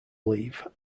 leave